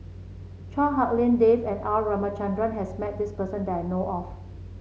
Chua Hak Lien Dave and R Ramachandran has met this person that I know of